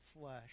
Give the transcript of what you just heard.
flesh